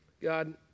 God